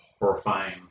horrifying